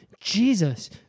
Jesus